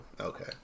Okay